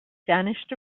vanished